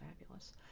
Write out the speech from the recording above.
fabulous